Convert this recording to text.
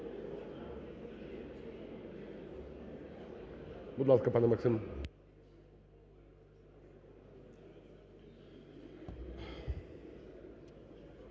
Будь ласка, пане Максим.